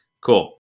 Cool